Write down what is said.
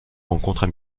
rencontres